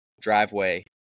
driveway